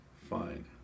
fine